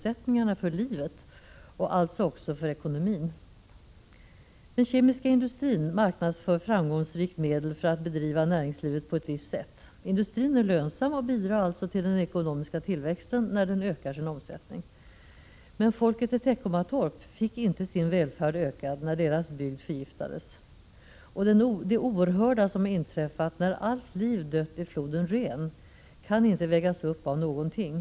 1986/87:36 förutsättningarna för livet och alltså också för ekonomin. 26 november 1986 Den kemiska industrin marknadsför framgångsrikt medel för att bedriva RV å S SE é - En lag om hushållnin, näringslivet på ett visst sätt. Industrin är lönsam och bidrar alltså till den se 8 ä Rd i ie : ale a med naturresurser ekonomiska tillväxten när den ökar sin omsättning. Men folket i Teckomars torp fick inte sin välfärd ökad när deras bygd förgiftades. Och det oerhörda som inträffat när allt liv dött i floden Rhen kan inte vägas upp av någonting.